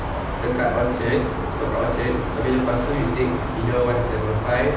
dekat orchard stop dekat orchard tapi lepas tu you take either one seven five